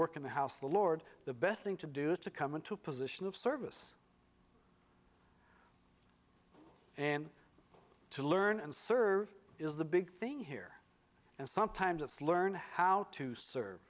work in the house the lord the best thing to do is to come into a position of service and to learn and serve is the big thing here and sometimes it's learn how to serve